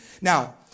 Now